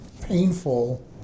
painful